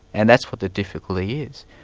and that's what the difficulty is.